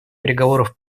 переговоров